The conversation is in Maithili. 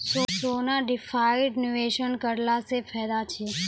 सोना डिपॉजिट निवेश करला से फैदा छै?